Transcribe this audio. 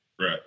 Right